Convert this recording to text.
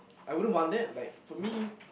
I wouldn't want that like for me